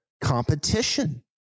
competition